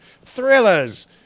thrillers